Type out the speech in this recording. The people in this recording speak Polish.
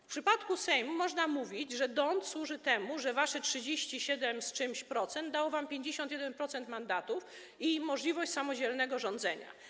W przypadku Sejmu można mówić, że d’Hondt służy temu, że wasze ponad 37% dało wam 51% mandatów i możliwość samodzielnego rządzenia.